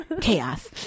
Chaos